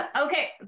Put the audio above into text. Okay